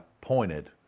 pointed